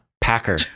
Packer